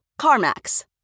CarMax